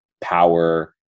power